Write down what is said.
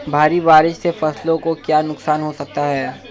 भारी बारिश से फसलों को क्या नुकसान हो सकता है?